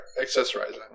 accessorizing